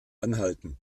anhalten